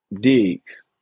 Diggs